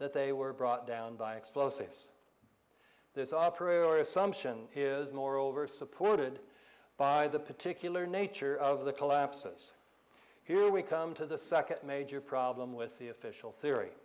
that they were brought down by explosives this opera or assumption is moreover supported by the particular nature of the collapses here we come to the second major problem with the official theory